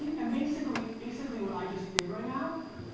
and basically basically what i just did right now